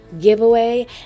giveaway